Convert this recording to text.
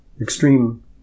extreme